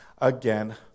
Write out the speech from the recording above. Again